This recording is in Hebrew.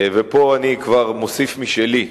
ופה אני כבר מוסיף משלי,